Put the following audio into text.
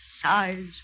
size